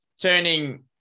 turning